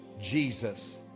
Jesus